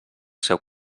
seu